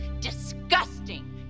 disgusting